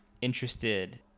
interested